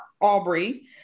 Aubrey